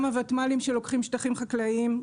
גם הוותמ"לים שלוקחים שטחים חקלאים,